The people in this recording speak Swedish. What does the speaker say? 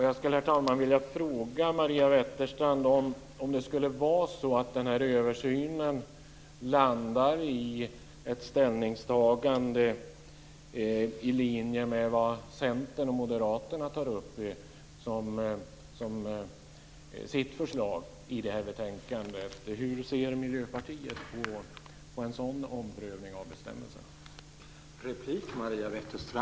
Jag vill fråga Maria Wetterstrand: Om denna översyn landar i ett ställningstagande i linje med Centerns och Moderaternas förslag i detta betänkande, hur ser Miljöpartiet på en sådan omprövning av bestämmelserna?